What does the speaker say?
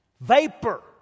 vapor